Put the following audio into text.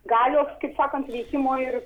galios kaip sakant veikimo ir